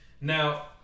Now